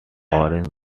orange